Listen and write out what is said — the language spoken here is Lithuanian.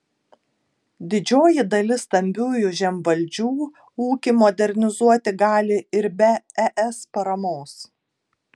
didžioji dalis stambiųjų žemvaldžių ūkį modernizuoti gali ir be es paramos